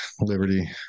Liberty